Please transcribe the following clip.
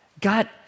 God